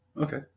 Okay